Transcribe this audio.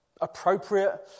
appropriate